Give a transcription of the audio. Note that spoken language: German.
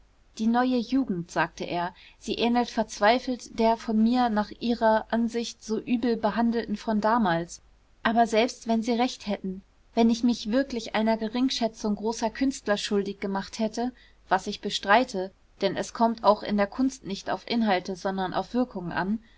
die neue jugend sagte er sie ähnelt verzweifelt der von mir nach ihrer ansicht so übel behandelten von damals aber selbst wenn sie recht hätten wenn ich mich wirklich einer geringschätzung großer künstler schuldig gemacht hätte was ich bestreite denn es kommt auch in der kunst nicht auf inhalte sondern auf wirkungen an